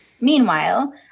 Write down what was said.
meanwhile